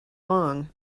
long